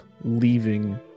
leaving